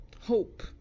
hope